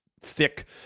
thick